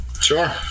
Sure